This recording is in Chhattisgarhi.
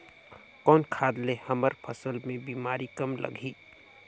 कौन खाद ले हमर फसल मे बीमारी कम लगही?